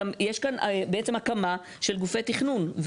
גם יש כאן בעצם הקמה של גופי תכנון.